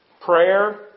Prayer